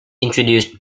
introduced